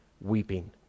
weeping